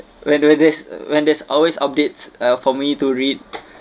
when there there's when there's always updates uh for me to read